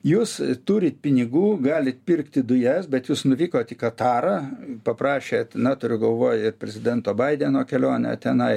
jūs turit pinigų galit pirkti dujas bet jūs nuvykot į katarą paprašėt na turiu galvoj prezidento baideno kelionę tenai